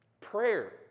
Prayer